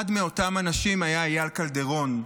אחד מאותם אנשים היה אייל קלדרון,